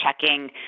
checking